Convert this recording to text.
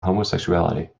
homosexuality